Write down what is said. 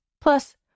Plus